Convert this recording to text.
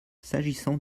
s’agissant